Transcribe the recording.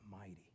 mighty